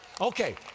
Okay